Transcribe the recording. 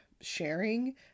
sharing